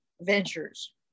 ventures